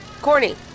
Corny